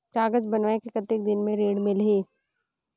कागज बनवाय के कतेक दिन मे ऋण मिलही?